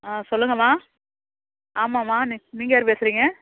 ஆ சொல்லுங்கள்ம்மா ஆமாம்மா நீ நீங்கள் யார் பேசுறீங்க